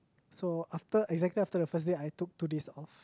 so after exactly the first day I took two days off